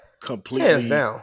completely